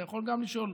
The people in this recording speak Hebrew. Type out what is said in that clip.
אתה יכול גם לשאול,